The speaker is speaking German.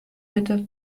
bitte